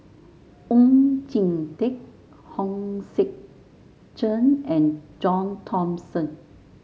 Oon Jin Teik Hong Sek Chern and John Thomson